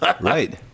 right